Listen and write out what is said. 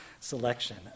selection